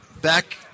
back